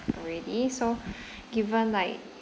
already so given like